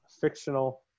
fictional